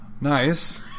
nice